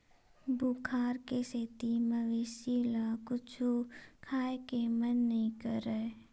बुखार के सेती मवेशी ल कुछु खाए के मन नइ करय